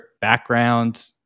background